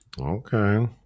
Okay